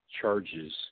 charges